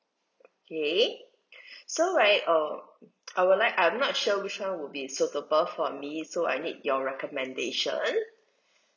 okay so right err I would like I'm not sure which one would be suitable for me so I need your recommendation